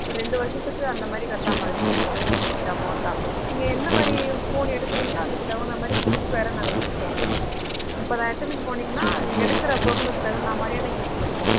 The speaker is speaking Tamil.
ஒரு ரெண்டு வருஷத்துக்கு அந்தமாதிரி கட்டுற மாதிரி இருக்கும் கொஞ்ச கொஞ்ச அமௌண்ட்டாக நீங்கள் எந்தமாதிரி ஃபோன் எடுக்குறீங்களோ அதுக்குத் தகுந்த மாதிரி கிஃப்ட் வேறு நாங்கள் கொடுப்போம் முப்பதாயிரத்துலருந்து போனீங்கன்னா நீங்கள் எடுக்கிற பொருளுக்கு தகுந்த மாதிரியான கிஃப்ட்டும் இருக்கும்